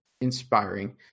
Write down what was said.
inspiring